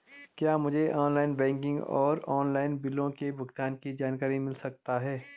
क्या मुझे online banking और ऑनलाइन बिलों के भुगतान की जानकारी मिल सकता है?